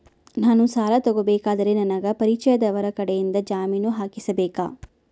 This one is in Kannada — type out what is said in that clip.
ನಾನು ಸಾಲ ತಗೋಬೇಕಾದರೆ ನನಗ ಪರಿಚಯದವರ ಕಡೆಯಿಂದ ಜಾಮೇನು ಹಾಕಿಸಬೇಕಾ?